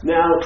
Now